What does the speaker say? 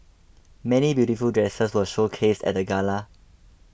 many beautiful dresses were showcased at the gala